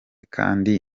kandi